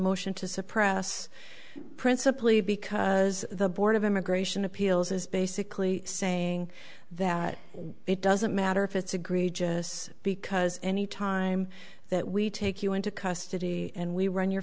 motion to suppress principally because the board of immigration appeals is basically saying that it doesn't matter if it's agree just because any time that we take you into custody and we run your